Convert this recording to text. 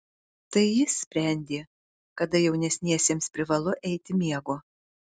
tai jis sprendė kada jaunesniesiems privalu eiti miego